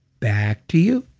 back to you.